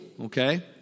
okay